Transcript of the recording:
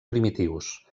primitius